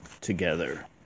together